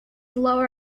lower